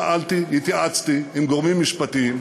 שאלתי, התייעצתי גם גורמים משפטיים,